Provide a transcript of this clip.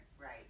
Right